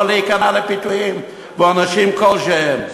לא להיכנע לפיתויים ואנשים כלשהם.